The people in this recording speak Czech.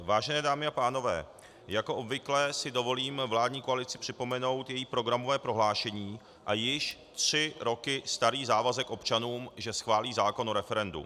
Vážené dámy a pánové, jako obvykle si dovolím vládní koalici připomenout její programové prohlášení a již tři roky starý závazek občanům, že schválí zákon o referendu.